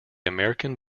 american